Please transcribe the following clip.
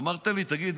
אמרת לי: תגיד,